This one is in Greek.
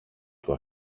του